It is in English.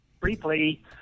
briefly